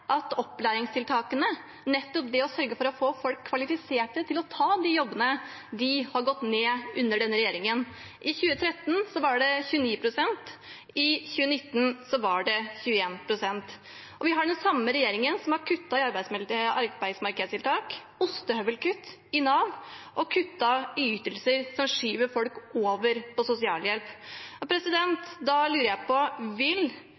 til å ta de jobbene, har gått ned under denne regjeringen. I 2013 var det 29 pst., og i 2019 var det 21 pst. Den samme regjeringen har kuttet i arbeidsmarkedstiltak, foretatt ostehøvelkutt i Nav og kuttet i ytelser, noe som skyver folk over på sosialhjelp. Da lurer jeg på: Vil